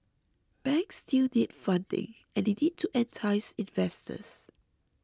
banks still need funding and they need to entice investors